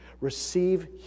Receive